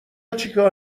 چیکار